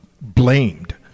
blamed